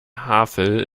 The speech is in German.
havel